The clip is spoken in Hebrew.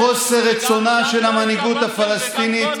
לחוסר רצונה של המנהיגות הפלסטינית,